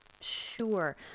sure